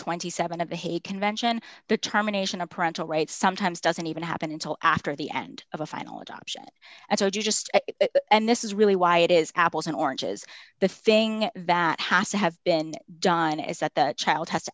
twenty seven cents of the hague convention determination of parental rights sometimes doesn't even happen until after the end of a final adoption and so just and this is really why it is apples and oranges the thing that has to have been done is that the child has